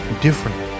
different